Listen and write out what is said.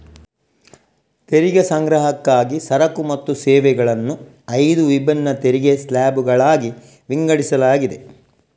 ತೆರಿಗೆ ಸಂಗ್ರಹಕ್ಕಾಗಿ ಸರಕು ಮತ್ತು ಸೇವೆಗಳನ್ನು ಐದು ವಿಭಿನ್ನ ತೆರಿಗೆ ಸ್ಲ್ಯಾಬುಗಳಾಗಿ ವಿಂಗಡಿಸಲಾಗಿದೆ